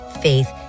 faith